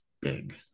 big